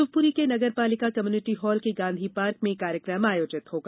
शिवपूरी के नगर पालिका कम्यूनिटी हॉल के गांधी पार्क में कार्यक्रम आयोजित होगा